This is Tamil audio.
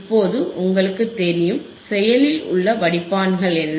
இப்போது உங்களுக்குத் தெரியும் செயலில் உள்ள வடிப்பான்கள் என்ன